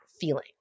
feeling